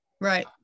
Right